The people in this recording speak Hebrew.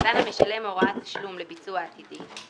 נתן המשלם הוראת תשלום לביצוע עתידי,